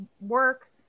work